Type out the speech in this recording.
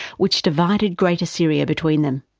which divided greater syria between them.